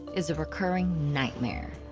is a recurring nightmare.